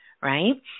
right